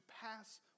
pass